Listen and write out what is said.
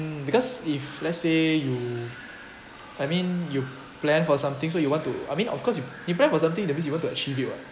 because if let's say you I mean you plan for something so you want to I mean of course you you plan for something that means you want to achieve it [what]